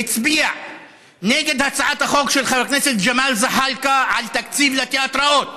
הצביע על הצעת החוק של חבר הכנסת ג'מאל זחאלקה על תקציב לתיאטראות,